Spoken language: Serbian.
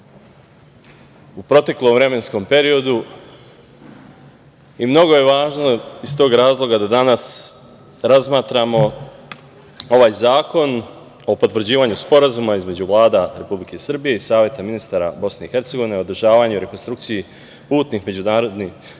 u proteklom vremenskom periodu i mnogo je važno iz tog razloga da danas razmatramo ovaj zakon o potvrđivanju Sporazuma između Vlade Republike Srbije i Saveta ministara Bosne i Hercegovine o održavanju i rekonstrukciji putnih međudržanih